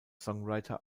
songwriter